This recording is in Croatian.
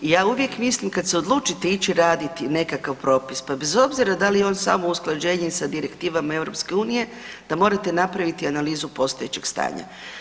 I ja uvijek mislim kad se odlučite ići raditi nekakav propis pa bez obzira da li je on samo usklađenje sa direktivama EU da morate napraviti analizu postojećeg stanja.